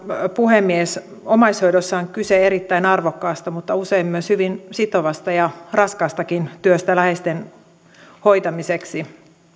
puhemies omaishoidossa on kyse erittäin arvokkaasta mutta usein myös hyvin sitovasta ja raskaastakin työstä läheisten hoitamiseksi